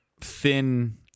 thin